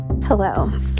Hello